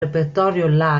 repertorio